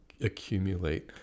accumulate